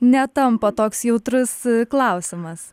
netampa toks jautrus klausimas